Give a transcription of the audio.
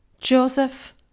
joseph